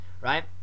right